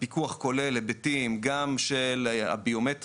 הפיקוח כולל היבטים גם של הביומטריה,